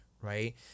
right